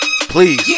Please